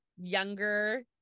younger